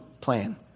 plan